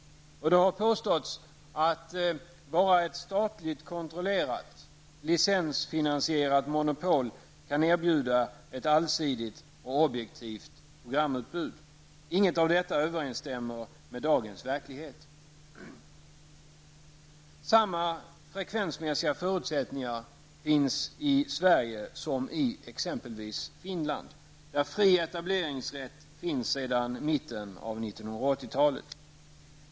Det har påståtts att bara ett statligt kontrollerat, licensfinansierat, monopol kan erbjuda ett allsidigt och objektivt programutbud. Inget av detta överensstämmer med dagens verklighet. Samma frekvensmässiga förutsättningar finns i Sverige som i exempelvis Finland, där fri etableringsrätt existerar sedan mitten av 1980-talet.